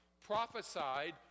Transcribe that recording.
prophesied